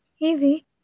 Easy